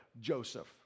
Joseph